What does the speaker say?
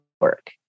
work